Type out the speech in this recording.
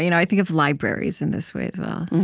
you know i think of libraries in this way as well.